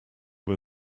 were